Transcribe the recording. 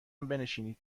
بنشینید